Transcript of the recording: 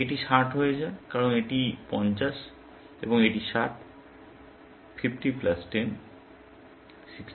এটি 60 হয়ে যায় কারণ এটি 50 এবং এটি 60 50 প্লাস 10 60